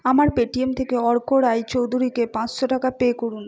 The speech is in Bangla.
আমার পেটিএম থেকে অর্ক রায়চৌধুরীকে পাঁচশো টাকা পে করুন